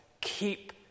keep